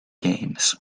games